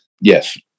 Yes